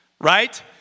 right